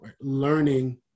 learning